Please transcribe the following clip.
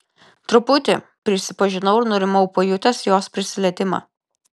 truputį prisipažinau ir nurimau pajutęs jos prisilietimą